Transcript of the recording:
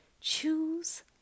choose